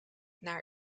naar